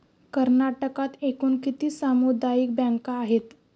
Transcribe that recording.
कर्नाटकात एकूण किती सामुदायिक बँका आहेत?